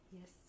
Yes